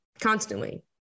constantly